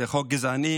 זה חוק גזעני,